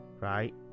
right